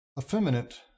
Effeminate